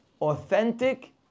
authentic